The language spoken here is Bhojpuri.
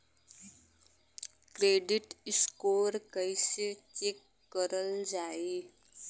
क्रेडीट स्कोर कइसे चेक करल जायी?